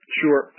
sure